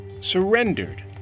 surrendered